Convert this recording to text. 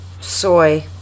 soy